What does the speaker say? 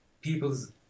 people's